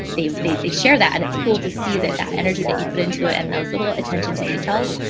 they, they, they share that. and it's cool to see that, that energy that you put into it and those little attention to details,